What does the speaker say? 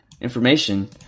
information